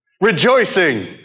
Rejoicing